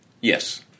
yes